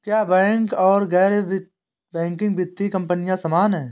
क्या बैंक और गैर बैंकिंग वित्तीय कंपनियां समान हैं?